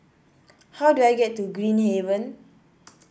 how do I get to Green Haven